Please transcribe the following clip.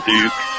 Duke